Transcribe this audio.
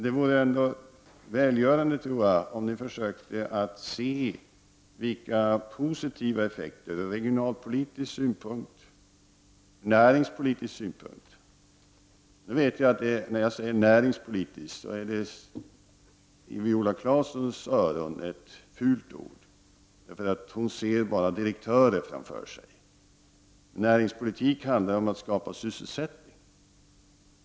Det vore välgörande, tror jag, om ni försökte se vilka positiva effekter flyget har ur regionalpolitisk synpunkt och ur näringspolitisk synpunkt. Nu vet jag att när jag säger näringspolitisk är det i Viola Claessons öron ett fult ord, för hon ser bara direktörer framför sig. Men näringspolitik handlar ju om att skapa sysselsättning.